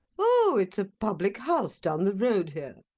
oh, it's a public-house down the road here.